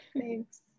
Thanks